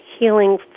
healing